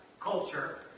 culture